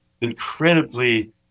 incredibly